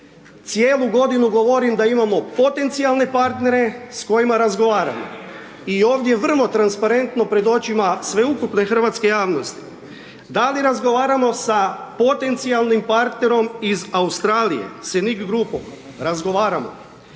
Cijelu godinu govorim da imamo potencijalne partnere s kojima razgovaramo. I ovdje vrlo transparentno pred očima sveukupne hrvatske javnosti, da li razgovaramo sa potencijalnim partnerom iz Australije, Scenic grupom, razgovaramo,